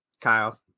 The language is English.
Kyle